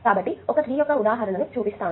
కాబట్టి ఒక ట్రీ యొక్క ఉదాహరణ చూపిస్తాను